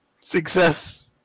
Success